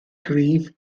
gryf